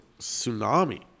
tsunami